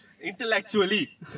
intellectually